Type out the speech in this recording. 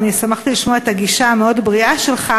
ואני שמחתי לשמוע את הגישה המאוד-בריאה שלך.